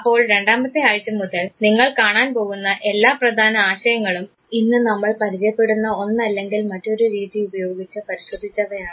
അപ്പോൾ രണ്ടാമത്തെ ആഴ്ച മുതൽ നിങ്ങൾ കാണാൻ പോകുന്ന എല്ലാ പ്രധാന ആശയങ്ങളും ഇന്ന് നമ്മൾ പരിചയപ്പെടുന്ന ഒന്നല്ലെങ്കിൽ മറ്റൊരു രീതി ഉപയോഗിച്ച് പരിശോധിച്ചവയാണ്